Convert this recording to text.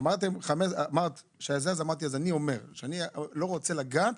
אמרתי שאני לא רוצה לגעת